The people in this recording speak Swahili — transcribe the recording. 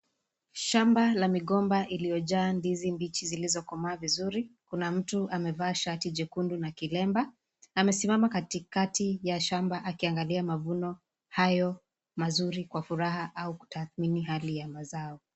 Shamba ya migomba iliyojaa ndizi mbichi zilizokomaa vizuri. Kuna mtu amevaa shati jekundu na kilemba amesimama katikati ya shamba akiangalia mavuno hayo mazuri kwa furaha au kutathimini hali ya mazao.